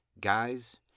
guys